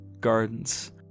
gardens